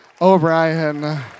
O'Brien